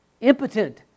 impotent